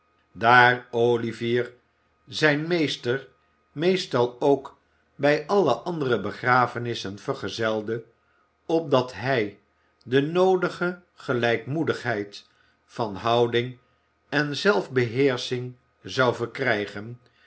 daar olivier zijn meester meestal ook bij alle andere begrafenissen vergezelde opdat hij de noodige gelijkmoedigheid van houding en zelfbeheersching zou verkrijgen